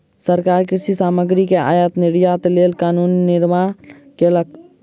सरकार कृषि सामग्री के आयात निर्यातक लेल कानून निर्माण कयलक